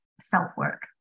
self-work